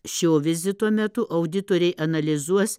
šio vizito metu auditoriai analizuos